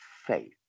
faith